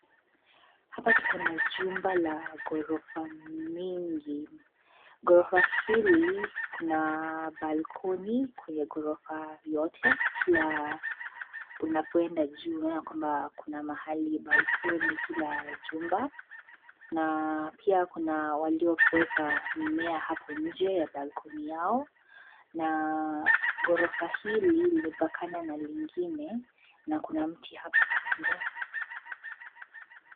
Hapa tuko na jumba la ghorofa mingi. Ghorofa hili kuna balkoni kwenye ghorofa yote kila unapoenda juu unaona kwamba kuna mahali balkoni kila jumba. Na pia kuna waliyopweka mimea hapo nje ya balkoni yao na ghorofa hili limepakana na lengine na kuna miti hapo kando.